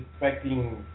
expecting